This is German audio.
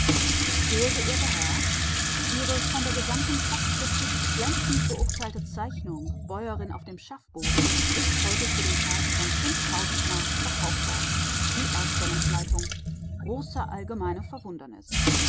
sehr geehrter herr ihre von der gesamten fachkritik glänzend beurteilte zeichnung bäuerin auf dem schaffboden ist heute für den preis von fünftausend mark verkauft worden die ausstellungsleitung große allgemeine